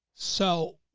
so.